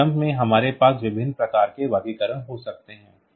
इस jump में हमारे पास विभिन्न प्रकार के वर्गीकरण हो सकते हैं